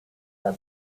was